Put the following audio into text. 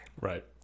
right